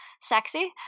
sexy